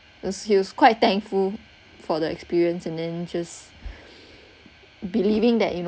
he was he was quite thankful for the experience and then just believing that you know